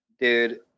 Dude